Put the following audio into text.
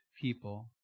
people